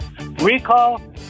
recall